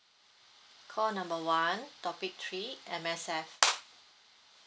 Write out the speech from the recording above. call number one topic three M_S_F